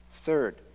Third